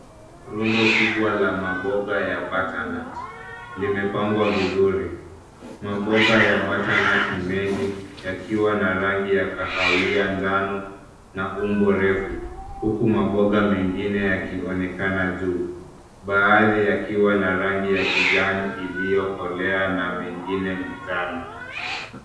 Rundo kubwa ya maboga ya butternut limepangwa vizuri. Maboga ya butternut ni mengi yakiwa na rangi ya kahawia njano na umbo refu huku maboga mengine yakionekana juu. Baadhi yakiwa na rangi ya kijani iliyokolea na mengine njano.